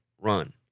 run